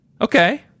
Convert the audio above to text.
Okay